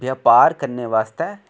वयापार करने वास्तै